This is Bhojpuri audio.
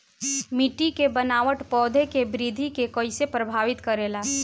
मिट्टी के बनावट पौधों की वृद्धि के कईसे प्रभावित करेला?